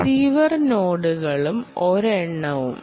receiver നോഡുകളും ഒരെണ്ണവും